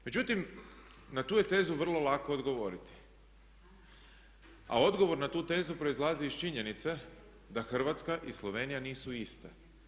Međutim, na tu je tezu vrlo lako odgovoriti, a odgovor na tu tezu proizlazi iz činjenice da Hrvatska i Slovenija nisu iste.